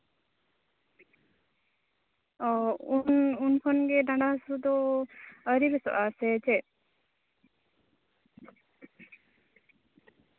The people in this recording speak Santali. ᱚ ᱩᱱ ᱩᱱ ᱠᱷᱚᱱ ᱜᱮ ᱰᱟᱸᱰᱟ ᱦᱟᱥᱩ ᱫᱚ ᱟᱣᱨᱤ ᱵᱮᱥᱚᱜᱼᱟ ᱥᱮ ᱪᱮᱫ